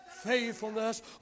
faithfulness